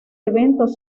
eventos